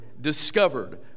discovered